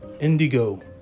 indigo